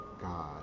God